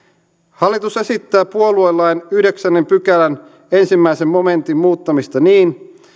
hallitus esittää puoluelain yhdeksännen pykälän ensimmäisen momentin muuttamista niin